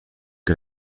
que